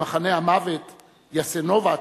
במחנה המוות יאסנובאץ,